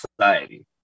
society